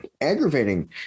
aggravating